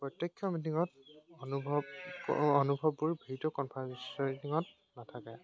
প্ৰত্যক্ষ মিটিঙত অনুভৱ অনুভৱবোৰ ভিডিঅ' কনফাৰেঞ্চত নাথাকে